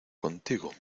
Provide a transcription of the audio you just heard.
contigo